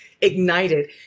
ignited